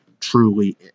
truly